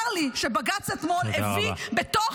צר לי שבג"ץ אתמול הביא בתוך